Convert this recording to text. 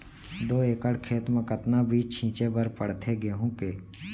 दो एकड़ खेत म कतना बीज छिंचे बर पड़थे गेहूँ के?